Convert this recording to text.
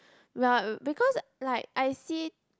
well because like I see